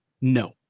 No